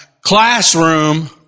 classroom